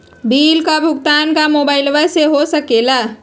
Bill का भुगतान का मोबाइलवा से हो सके ला?